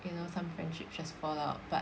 you know some friendship just fall out but